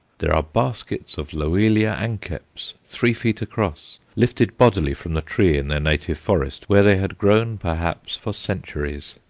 there are baskets of loelia anceps three feet across, lifted bodily from the tree in their native forest where they had grown perhaps for centuries.